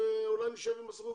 אולי נשב עם הסוכנות,